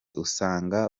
usanga